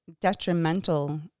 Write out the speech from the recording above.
detrimental